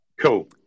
Cool